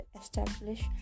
establish